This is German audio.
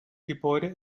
gebäude